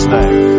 name